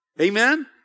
Amen